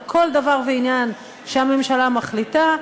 על כל דבר ועניין שהממשלה מחליטה,